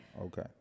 Okay